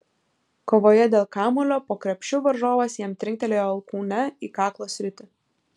kovoje dėl kamuolio po krepšiu varžovas jam trinktelėjo alkūne į kaklo sritį